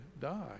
die